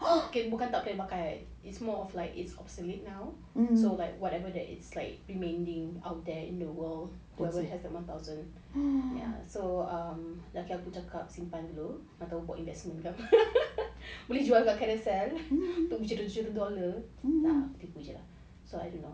okay bukan tak boleh pakai it's more of like it's obsolete now um so like whatever that it's like remaining out there in the world whoever has the one thousand ya so uh laki aku cakap simpan dulu atau buat investment boleh jual kat carousell berjuta-juta dolar tak aku tipu jer so I don't know